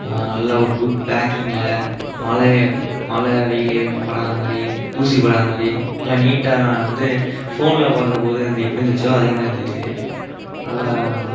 அது நல்ல ஒரு குட் பேக்கிங்கில் மழை மழை வெயில் எதுவுமே படாத மாதிரி தூசி படாத மாதிரி நல்லா நீட்டாக நான் வந்து ஃபோனில் பார்க்கும்போது வந்து எப்படி இருந்துச்சோ அதே மாதிரி இருந்துச்சு நல்லா